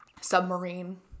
submarine